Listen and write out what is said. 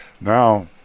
Now